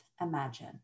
imagine